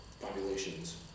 populations